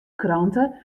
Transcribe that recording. krante